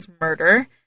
murder